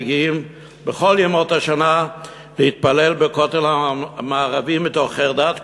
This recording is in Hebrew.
מגיעים בכל ימות השנה להתפלל בכותל המערבי מתוך חרדת קודש,